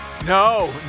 No